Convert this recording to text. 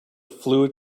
fluid